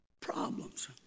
problems